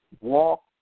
walk